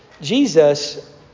Jesus